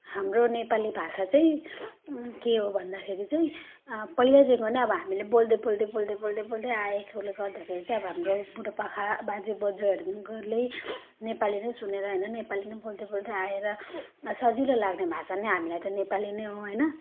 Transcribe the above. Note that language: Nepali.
हाम्रो नेपाली भाषा चाहिँ के हो भन्दाखेरि पहिल्यैदेखिको नै अब हामीले बोल्दै बोल्दै बोल्दै बोल्दै बोल्दै आएकोले गर्दाखेरि चाहिँ अब हाम्रो बुढापाका बाजेबोजूहरूले नेपाली नै सुनेर होइन नेपाली नै बोल्दै बोल्दै आएर सजिलो लाग्ने भाषा नै हामीलाई त नेपाली नै हो होइन